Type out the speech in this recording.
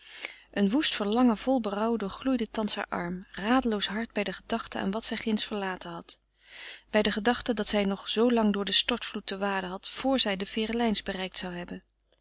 een woest verlangen vol berouw doorgloeide thans haar arm radeloos hart bij de gedachte aan wat zij ginds verlaten had bij de gedachte dat zij nog zoo lang door den stortvloed te waden had vr zij de ferelijns bereikt zou hebben